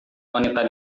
wanita